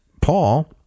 Paul